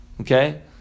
okay